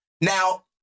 Now